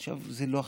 עכשיו, זה לא החשבון,